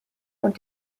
und